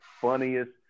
funniest